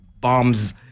bombs